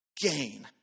Gain